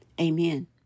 Amen